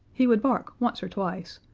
he would bark once or twice,